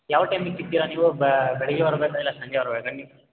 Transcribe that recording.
ಯಾವ ಟೈಮಿಗೆ ಸಿಕ್ತಿರ ನೀವು ಬೆಳಗ್ಗೆ ಬರ್ಬೇಕಾ ಇಲ್ಲ ಸಂಜೆ ಬರ್ಬೆಕಾ ನೀವು